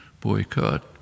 boycott